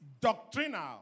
doctrinal